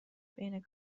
بین